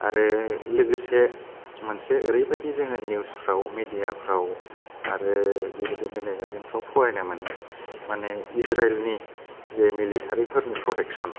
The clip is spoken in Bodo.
आरो लोगोसे मोनसे ओरैबायदि जोङो निउसफ्राव मेडियाफ्राव आरो बेबायदिनो मेगाजिनफ्राव फरायनो मोनो माने इज्राइलनि जे मेलेथारिफोरनि फ्रटेकसन